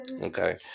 Okay